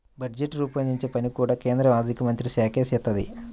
budget రూపొందించే పని కూడా కేంద్ర ఆర్ధికమంత్రిత్వశాఖే చేత్తది